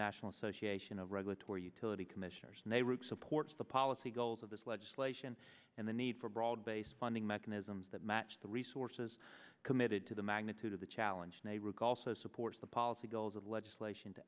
national association of regulatory utility commissioners nehru supports the policy goals of this legislation and the need for broad based funding mechanisms that match the resources committed to the magnitude of the challenge and a recall so supports the policy goals of legislation to